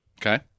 Okay